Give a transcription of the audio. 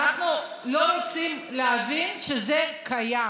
אנחנו לא רוצים להבין שזה קיים.